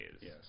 Yes